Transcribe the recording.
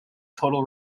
total